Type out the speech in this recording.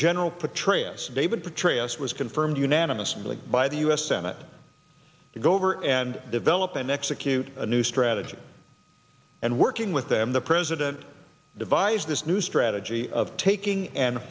general petraeus david petraeus was confirmed unanimously by the u s senate to go over and develop and execute a new strategy and working with them the president devised this new strategy of taking and